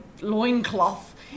loincloth